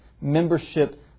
membership